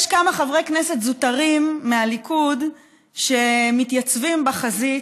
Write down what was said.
יש כמה חברי כנסת זוטרים מהליכוד שמתייצבים בחזית,